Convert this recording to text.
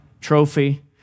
trophy